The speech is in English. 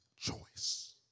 choice